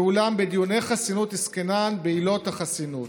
ואולם בדיוני חסינות עסקינן, בעילות החסינות.